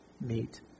meet